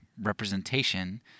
representation